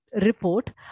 report